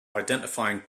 identifying